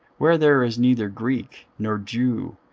where there is neither greek nor jew,